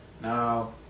Now